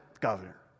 governor